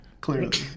Clearly